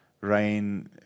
rain